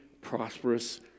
prosperous